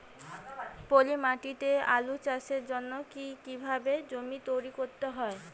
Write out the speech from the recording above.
পলি মাটি তে আলু চাষের জন্যে কি কিভাবে জমি তৈরি করতে হয়?